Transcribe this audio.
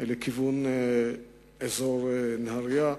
לכיוון אזור נהרייה,